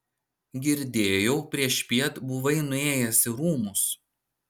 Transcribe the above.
girdėjau priešpiet buvai nuėjęs į rūmus